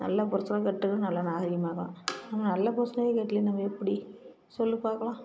நல்ல புருஷனை கட்டுறதும் நல்ல நாகரிகமாகதான் ஆனால் நல்ல புருஷனையே கட்டலயே நம்ம எப்படி சொல்லு பார்க்கலாம்